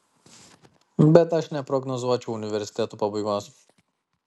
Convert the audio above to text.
bet aš neprognozuočiau universitetų pabaigos